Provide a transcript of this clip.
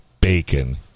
bacon